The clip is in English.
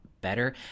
better